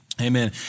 Amen